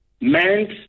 meant